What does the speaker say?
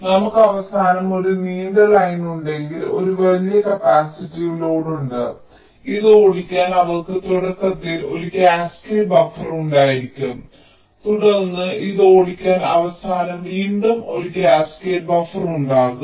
നമുക്ക് അവസാനം ഒരു നീണ്ട ലൈൻ ഉണ്ടെങ്കിൽ ഒരു വലിയ കപ്പാസിറ്റീവ് ലോഡ് ഉണ്ട് ഇത് ഓടിക്കാൻ അവർക്ക് തുടക്കത്തിൽ ഒരു കാസ്കേഡ് ബഫർ ഉണ്ടായിരിക്കാം തുടർന്ന് ഇത് ഓടിക്കാൻ അവസാനം വീണ്ടും ഒരു കാസ്കേഡ് ബഫർ ഉണ്ടാകും